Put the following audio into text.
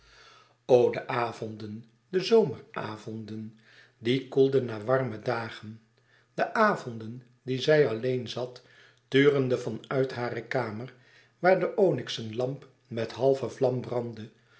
de avonden de zomeravonden die koelden na warme dagen de avonden die zij alleen zat turende van uit hare kamer waar de onyxen lamp met halve vlam brandde